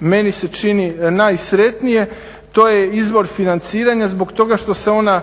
meni se čini najsretnije to je izvor financiranja zbog toga što se ona